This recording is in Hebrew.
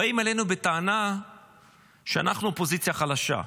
באים אלינו בטענה שאנחנו אופוזיציה חלשה.